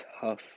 tough